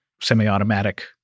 semi-automatic